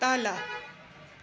तल